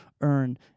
earn